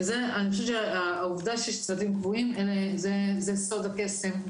אני חושבת שהעובדה שיש צוותים קבועים זה סוד הקסם,